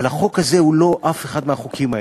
אבל החוק הזה הוא לא אף אחד מהחוקים האלה.